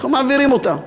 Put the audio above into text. ככה אנחנו מעבירים אותם.